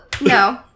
no